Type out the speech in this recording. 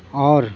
اور